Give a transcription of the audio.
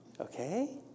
Okay